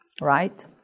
right